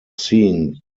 seen